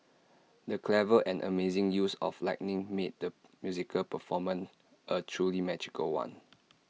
the clever and amazing use of lighting made the musical performance A truly magical one